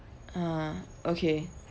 uh okay